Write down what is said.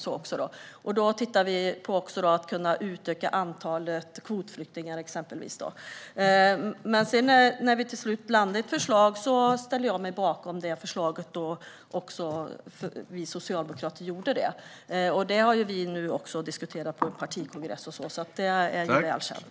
Vi tittade också på om man kunde utöka antalet kvotflyktingar. Men när vi till slut landade i ett förslag ställde vi socialdemokrater oss bakom det. Det har vi också diskuterat på en partikongress, så det är väl känt.